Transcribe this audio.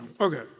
Okay